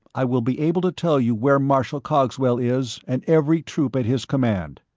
i will be able to tell you where marshal cogswell is, and every troop at his command.